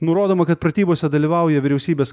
nurodoma kad pratybose dalyvauja vyriausybės